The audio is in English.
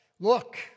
Look